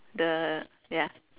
the ya